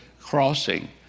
crossing